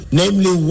namely